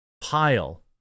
pile